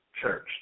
Church